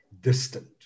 distant